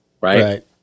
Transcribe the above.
right